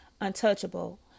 untouchable